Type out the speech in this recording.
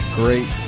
great